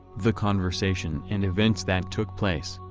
the conversation and events that took place,